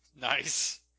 Nice